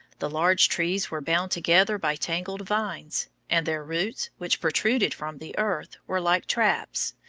the large trees were bound together by tangled vines and their roots, which protruded from the earth, were like traps,